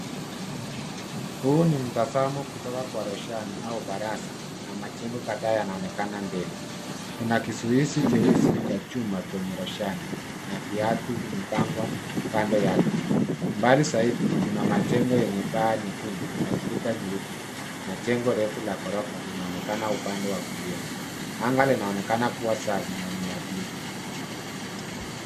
Huu ni mtazamo kutoka kwa roshani au baraza na majengo kadhaa yanaonekana mbele. Kuna kizuizi cheusi cha chuma kwenye roshani. Na viatu vimepangwa kando yake. Mbali zaidi kuna majengo yenye paa nyekundu na ukuta nyeupe na jengo refu la ghorofa linaonekana upande wa kulia. Anga linaonekana kuwa safi na ya bluu.